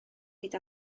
hyd